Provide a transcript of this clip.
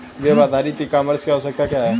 Web आधारित e commerce की आवश्यकता क्या है?